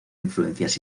influencias